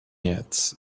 yet